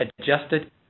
Adjusted